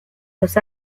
los